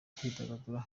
kwidagadura